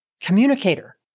communicator